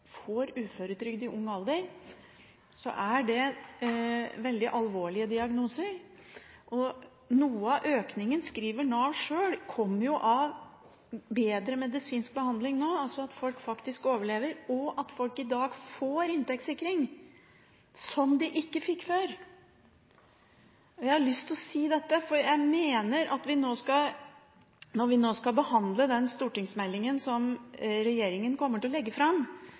får uføretrygd i ung alder, er det veldig alvorlige diagnoser. Noe av økningen, skriver Nav sjøl, kommer jo av bedre medisinsk behandling nå – altså av at folk faktisk overlever – og av at folk i dag får inntektssikring, som de ikke fikk før. Jeg har lyst til å si dette, for jeg mener at når vi nå skal behandle den stortingsmeldingen som regjeringen kommer til å legge fram,